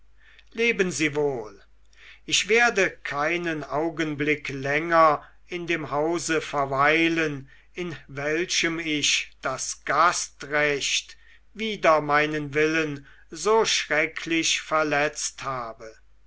leben sie wohl ich werde keinen augenblick länger in dem hause verweilen in welchem ich das gastrecht wider meinen willen so schrecklich verletzt habe